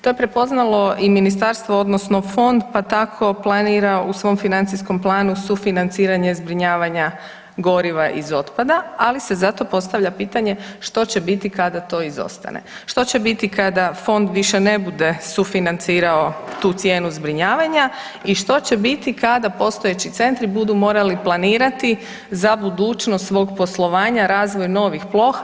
To je prepoznalo i ministarstvo odnosno fond pa tako planira u svom financijskom planu sufinanciranje zbrinjavanja goriva iz otpada, ali se zato postavlja pitanje što će biti kada to izostane, što će biti kada fond više ne bude sufinancirao tu cijenu zbrinjavanja i što će biti kada postojeći centri budu morali planirati za budućnost svog poslovanja razvoj novih ploha.